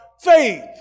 faith